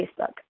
Facebook